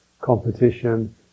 competition